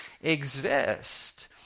exist